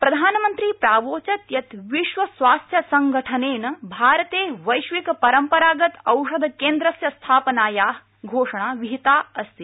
प्रधान्मन्त्री प्रावोचत् यत् विश्वस्वास्थ्य संघठनेन भारते वैश्विक परम्परागत औषध केन्द्रस्य स्थापनाया घोषणा विहिता अस्ति